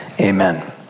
amen